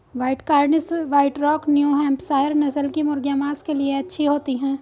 white Cornish, white rock, New Hampshire नस्ल की मुर्गियाँ माँस के लिए अच्छी होती हैं